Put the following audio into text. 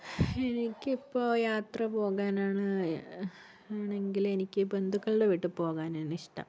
എനിക്കിപ്പോൾ യാത്ര പോകാനാണ് ആണെങ്കില് എനിക്ക് ബന്ധുക്കളുടെ വീട്ടിൽ പോകാനാണിഷ്ടം